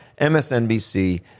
MSNBC